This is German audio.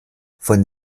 von